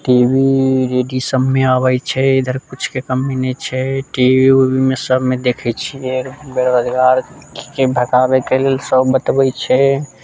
T V radio सबमे अबै छै इधर कुछके कमी नहि छै टी वी उबीमे सबमे देखै छियै बेरोजगारके भगाबैके लेल सब बतबै छै